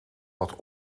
wat